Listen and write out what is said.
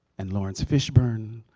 and laurence fishburne,